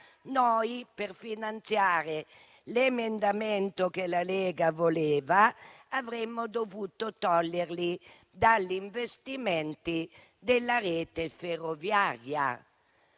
per finanziare l'emendamento che la Lega voleva, avremmo dovuto toglierli dagli investimenti della rete ferroviaria.